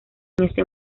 este